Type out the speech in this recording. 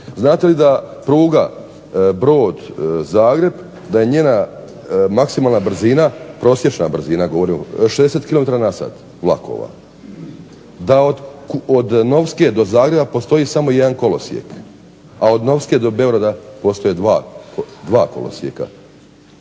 znate li da pruga Brod-Zagreb, da je njena maksimalna brzina, prosječna brzina 60 kilometara na sat vlakova, da od Novske do Zagreba postoji samo jedan kolosijek, a od Novske do Beograda postoje dva kolosijeka,